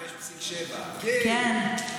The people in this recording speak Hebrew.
5.7%. כן.